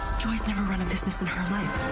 never run a business in her life.